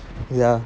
ya